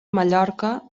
mallorca